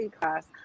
class